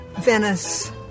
Venice